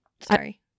sorry